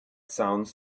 sounds